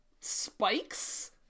spikes